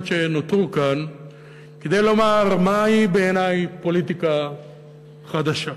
שנותרו כאן כדי לומר מהי בעיני פוליטיקה חדשה.